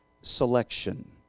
selection